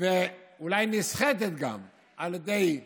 ואולי נסחטת גם על ידי רע"מ,